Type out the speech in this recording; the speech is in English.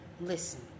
Listen